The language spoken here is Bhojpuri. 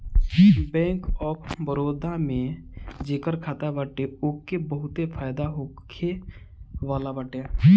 बैंक ऑफ़ बड़ोदा में जेकर खाता बाटे ओके बहुते फायदा होखेवाला बाटे